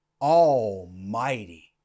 almighty